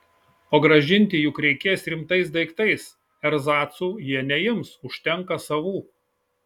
o grąžinti juk reikės rimtais daiktais erzacų jie neims užtenka savų